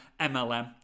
MLM